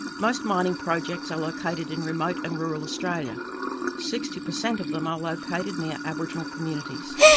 most mining projects are located in remote and rural australia sixty per cent of them are located near aboriginal communities.